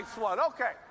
Okay